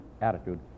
attitude